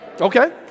Okay